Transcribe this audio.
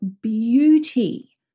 beauty